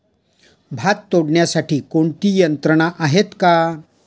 भात तोडण्यासाठी कोणती यंत्रणा आहेत का?